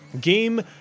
Game